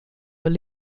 were